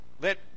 let